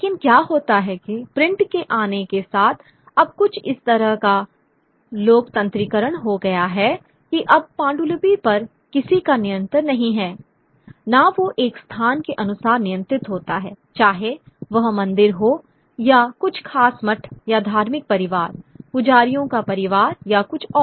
लेकिन क्या होता है कि प्रिंट के आने के साथ अब कुछ इस तरह का लोकतंत्रीकरण हो गया है कि अब पांडुलिपि पर किसी का नियंत्रण नहीं है ना वो एक स्थान के अनुसार नियंत्रित होता है चाहे वह मंदिर हो या कुछ खास मठ या धार्मिक परिवार पुजारियों का परिवार या कुछ और